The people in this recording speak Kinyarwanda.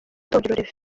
torero